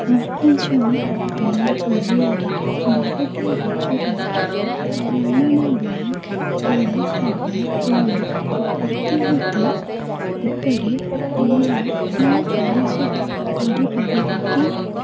Amazon pay ଜରିଆରେ ବରୋଦା ଗୁଜୁରାଟ ଗ୍ରାମୀଣ ବ୍ୟାଙ୍କ୍ରେ ଥିବା ମୋ ପ୍ରତିଭୂତି ଉପରେ ଋଣ ମୁଁ ପରିଶୋଧ କରିପାରିବି କି